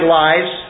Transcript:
lives